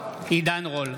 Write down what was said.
עידן רול,